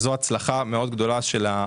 התכנית לוותה בביקורת מאוד ערה